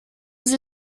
sie